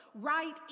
right